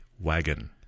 wagon